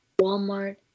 Walmart